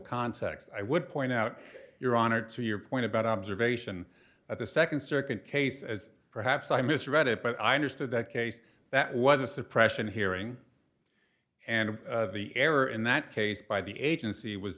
context i would point out your honor to your point about observation at the second circuit case as perhaps i misread it but i understood that case that was a suppression hearing and the error in that case by the agency was